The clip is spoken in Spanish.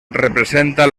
representa